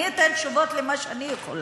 אני אתן תשובות למה שאני יכולה.